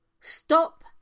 Stop